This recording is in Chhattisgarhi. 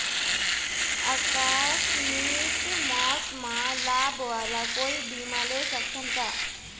आकस मिक मौत म लाभ वाला कोई बीमा ले सकथन का?